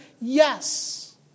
Yes